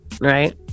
right